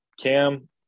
Cam